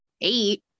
eight